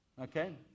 Okay